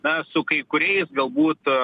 na su kai kuriais galbūt